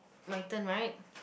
my turn right